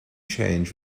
change